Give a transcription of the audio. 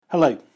Hello